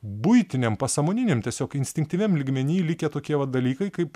buitiniam pasąmoniniam tiesiog instinktyviam lygmeny likę tokie va dalykai kaip